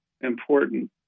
important